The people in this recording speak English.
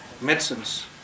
medicines